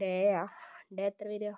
ഡേയാണോ day എത്ര വരിക